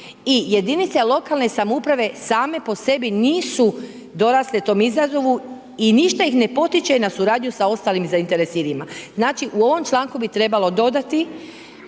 i jedinice lokalne samouprave same po sebi nisu dorasle tom izazovu i ništa ih ne potiče na suradnju sa ostalim zainteresiranima. Znači, u ovom članku bi trebalo dodati